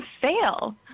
fail